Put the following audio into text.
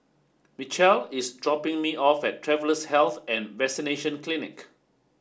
Mitchell is dropping me off at Travellers' Health and Vaccination Clinic